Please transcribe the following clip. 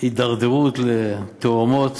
הידרדרות לתהומות